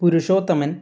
Purushothaman